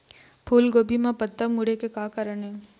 फूलगोभी म पत्ता मुड़े के का कारण ये?